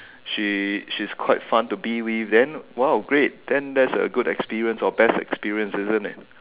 she she's quite fun to be with then !wow! great then that's a good experience or best experience isn't it